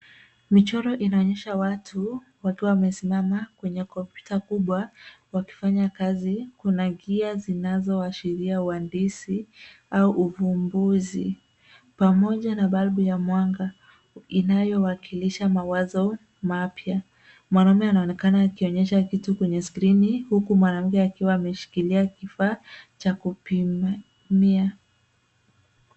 Michoro inaonyesha watu wakiwa wamesimama kwenye kompyuta kubwa wakifanya kazi, kuna gia zinazo washiria uwandisi au uvumbuzi. Pamoja na balbu ya mwanga inayo wakilisha mawazo mapya. Mwanaume anaonekana akionyesha kitu kwenye skrini huku mwanamke akiwa ameshikilia kifaa cha kupimia.